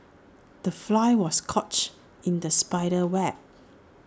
the fly was couch in the spider's web